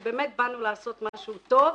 כי באנו לעשות משהו טוב.